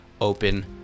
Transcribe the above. open